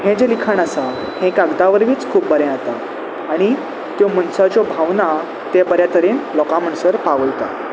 हें जें लिखाण आसा हें कागदां वरवींच खूब बरें येता आनी त्यो मनसाच्यो भावना ते बऱ्या तरेन लोकां म्हणसर पावयता